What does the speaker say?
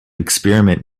experiment